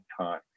time